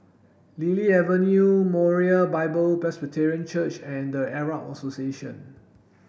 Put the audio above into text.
Lily Avenue Moriah Bible Presby Church and The Arab Association